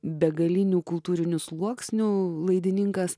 begalinių kultūrinių sluoksnių laidininkas